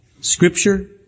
Scripture